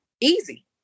easy